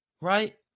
Right